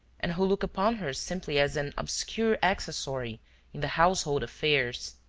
and who look upon her simply as an obscure accessory in the household's affairs!